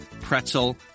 pretzel